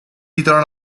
titolo